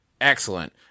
Excellent